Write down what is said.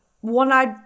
one-eyed